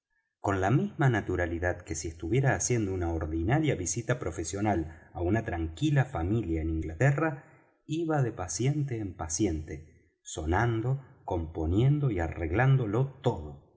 con la misma naturalidad que si estuviera haciendo una ordinaria visita profesional á una tranquila familia en inglaterra iba de paciente en paciente sonando componiendo y arreglándolo todo